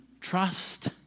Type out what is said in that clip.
trust